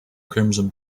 crimson